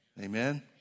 Amen